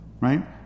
Right